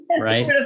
right